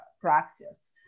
practice